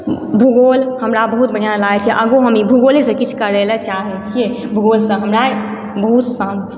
भूगोल हमरा बहुत बढ़िआँ लागय छै आगो हम ई भूगोलेसँ किछु करय लए चाहय छियै भूगोलसँ हमरा बहुत शान्ति